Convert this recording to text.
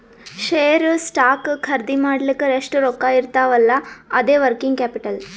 share, stock ಖರ್ದಿ ಮಾಡ್ಲಕ್ ಎಷ್ಟ ರೊಕ್ಕಾ ಇರ್ತಾವ್ ಅಲ್ಲಾ ಅದೇ ವರ್ಕಿಂಗ್ ಕ್ಯಾಪಿಟಲ್